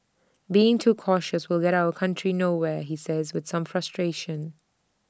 being too cautious will get our country nowhere he says with some frustration